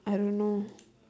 I don't know